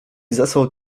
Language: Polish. zesłał